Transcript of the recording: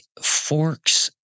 forks